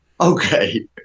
okay